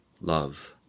love